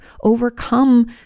overcome